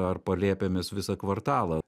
ar palėpėmis visą kvartalą